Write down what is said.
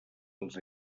els